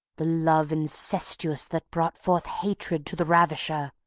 the love incestuous that brought forth hatred to the ravisher.